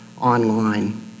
online